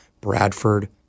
Bradford